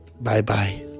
bye-bye